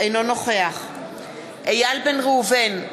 אינו נוכח איל בן ראובן,